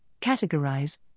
categorize